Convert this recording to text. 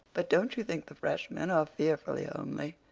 but don't you think the freshmen are fearfully homely?